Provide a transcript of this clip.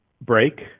break